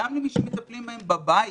גם למי שמטפלים בהם בבית,